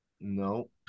no